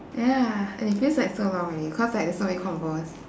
ya and it feels like so long already cause like there's so many convos